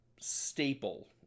staple